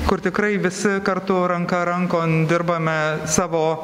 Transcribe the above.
kur tikrai visi kartu ranka rankon dirbame savo